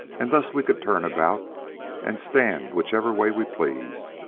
and thus we could turn about and stand whichever way we pleased,